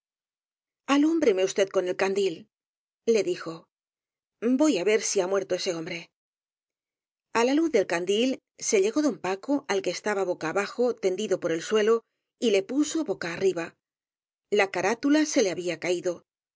món amarrado alúmbreme usted con el candil le dijo voy á ver si ha muerto ese hombre á la luz del candil se llegó don paco al que es taba boca abajo tendido por el suelo y le puso boca arriba la carátula se le había caído